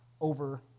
over